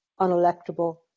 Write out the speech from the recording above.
unelectable